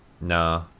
Nah